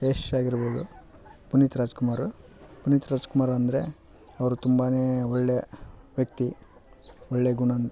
ಯಶ್ ಆಗಿರಬೋದು ಪುನೀತ್ ರಾಜ್ಕುಮಾರ್ ಪುನೀತ್ ರಾಜ್ಕುಮಾರ್ ಅಂದರೆ ಅವರು ತುಂಬನೇ ಒಳ್ಳೆ ವ್ಯಕ್ತಿ ಒಳ್ಳೆ ಗುಣ